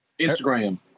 instagram